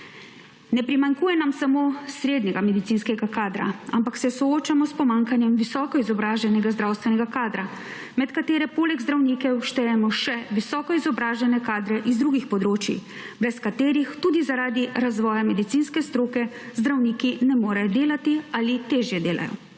Ne primanjkuje nam samo srednjega medicinskega kadra, ampak se soočamo s pomanjkanjem visoko izobraženega zdravstvenega kadra med katere poleg zdravnike štejemo še visoko izobražene kadre iz drugih področij brez katerih tudi zaradi razvoja medicinske stroke, zdravniki ne morejo delati **5.